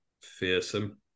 fearsome